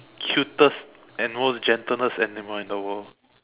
cutest and most the gentlest animal in the world